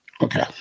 Okay